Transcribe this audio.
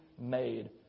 made